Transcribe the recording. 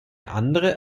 andere